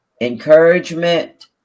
encouragement